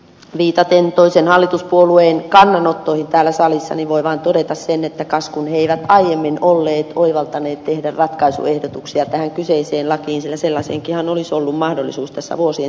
viitaten toisen hallituspuolueen kannanottoihin täällä salissa voi vaan todeta sen että kas kun he eivät aiemmin olleet oivaltaneet tehdä ratkaisuehdotuksia tähän kyseiseen lakiin sillä sellaiseenkinhan olisi ollut mahdollisuus tässä vuosien saatossa